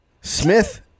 Smith